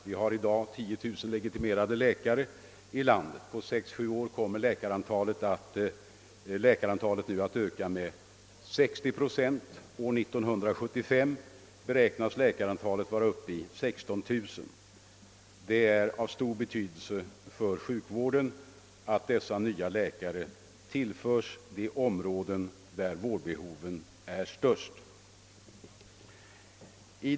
Vi har i dag 10000 legitimerade läkare i landet. Om 6 å 7 år kommer läkarantalet att ha ökat med 60 procent; år 1975 beräknas läkarantalet vara uppe i 16 000. Det är av stor betydelse för sjukvården att dessa nya läkare tillförs de områden där vårdbehoven är störst.